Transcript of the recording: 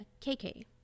KK